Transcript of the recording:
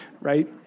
right